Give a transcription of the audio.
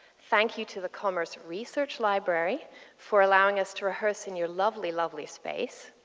thank you to the commerce research library for allowing us to rehearse in your lovely, lovely space.